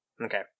Okay